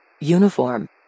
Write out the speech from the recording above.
Uniform